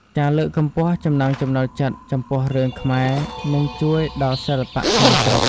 ការលើកកម្ពស់ចំណង់ចំណូលចិត្តចំពោះរឿងខ្មែរនឹងជួយដល់សិល្បៈក្នុងស្រុក។